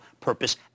purpose